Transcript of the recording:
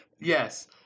Yes